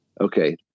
Okay